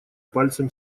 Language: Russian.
пальцем